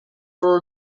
for